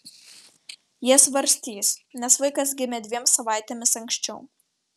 jie svarstys nes vaikas gimė dviem savaitėmis anksčiau